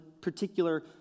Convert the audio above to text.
particular